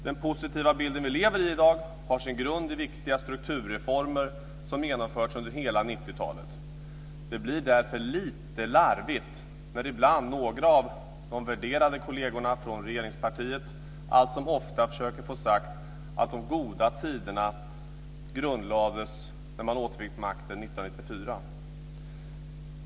Den positiva bilden vi har i dag har sin grund i viktiga strukturreformer som genomförts under hela 90-talet. Det blir därför ibland lite larvigt när några av de värderade kollegerna från regeringspartiet säger att de goda tiderna grundlades när Socialdemokraterna återfick makten 1994.